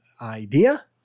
idea